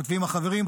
כותבים החברים,